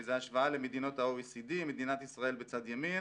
זה השוואה למדינות ה-OECD, מדינת ישראל בצד ימין.